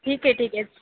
ठीक आहे ठीक आहे